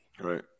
Right